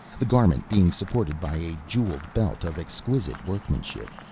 the garment being supported by a jeweled belt of exquisite workmanship.